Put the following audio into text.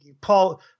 Paul—